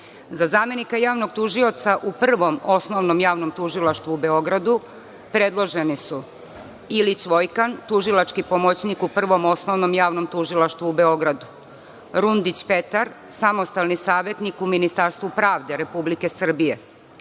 zamenika Javnog tužioca u Prvom osnovnom javnom tužilaštvu u Beogradu predloženi su Ilić Vojkan, tužilački pomoćnik u Prvom osnovnom javnom tužilaštvu u Beogradu, Rundić Petar, samostalni savetnik u Ministarstvu pravde Republike Srbije,